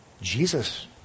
Jesus